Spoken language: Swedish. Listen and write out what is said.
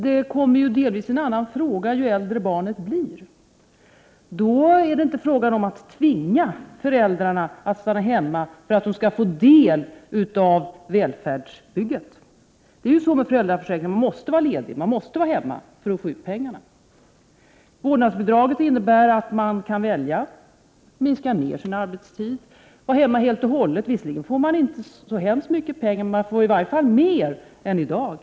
Det är delvis en annan fråga som kommer upp ju äldre barnet blir. Då är det inte fråga om att tvinga föräldrarna att stanna hemma för att de skall få del i välfärdsbygget. Med föräldraförsäkringen måste de vara hemma för att få ut pengarna. Vårdnadsbidraget innebär att de kan välja. De kan minska sin arbetstid eller vara hemma helt och hållet — de får visserligen inte så mycket pengar, men i varje fall mer än i dag.